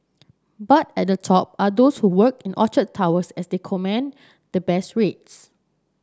but at the top are those who work in Orchard Towers as they command the best rates